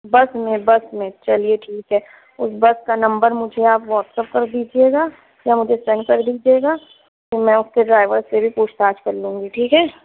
بس میں بس میں چلیے ٹھیک ہے اس بس کا نمبر مجھے آپ واٹس اپ کر دیجیے گا یا مجھے سینڈ کر دیجیے گا تو میں اس کے ڈرائیور سے بھی پوچھ تاچھ کر لوں گی ٹھیک ہے